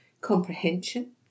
Comprehension